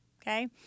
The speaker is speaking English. Okay